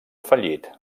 fallit